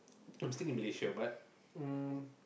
I'm staying in Malaysia but um